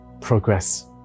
progress